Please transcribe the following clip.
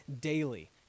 daily